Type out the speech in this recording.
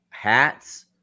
hats